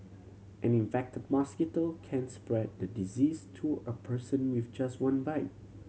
an infected mosquito can spread the disease to a person with just one bite